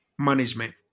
management